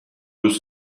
deux